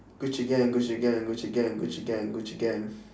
gucci gang gucci gang gucci gang gucci gang gucci gang